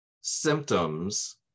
symptoms